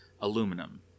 aluminum